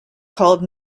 called